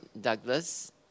Douglas